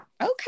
Okay